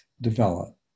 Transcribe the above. develop